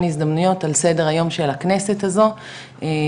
הזדמנויות על סדר היום של הכנסת הזו תמיד,